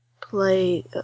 play